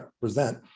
present